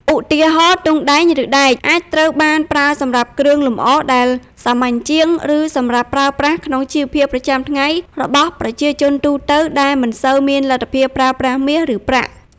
ឧទាហរណ៍ ទង់ដែង ឬ ដែក អាចត្រូវបានប្រើសម្រាប់គ្រឿងលម្អដែលសាមញ្ញជាង ឬសម្រាប់ប្រើប្រាស់ក្នុងជីវភាពប្រចាំថ្ងៃរបស់ប្រជាជនទូទៅដែលមិនសូវមានលទ្ធភាពប្រើប្រាស់មាស ឬប្រាក់។